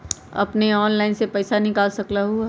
अपने ऑनलाइन से पईसा निकाल सकलहु ह?